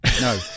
no